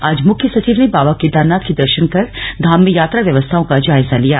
आज मुख्य सचिव ने बाबा केदारनाथ के दर्शन कर धाम में यात्रा व्यवस्थाओं का जायजा लिया